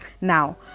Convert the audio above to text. Now